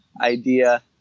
idea